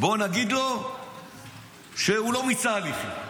בוא נגיד לו שהוא לא מיצה הליכים.